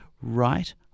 right